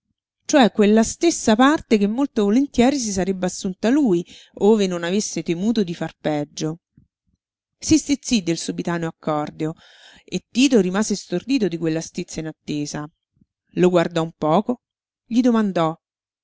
cioè quella stessa parte che molto volentieri si sarebbe assunta lui ove non avesse temuto di far peggio si stizzí del subitaneo accordo e tito rimase stordito di quella stizza inattesa lo guardò un poco gli domandò